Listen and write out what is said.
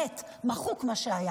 מה שהיה